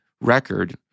record